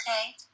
Okay